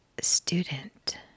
student